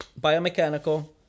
biomechanical